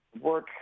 work